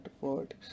word